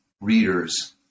readers